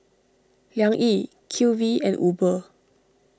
Liang Yi Q V and Uber